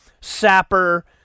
sapper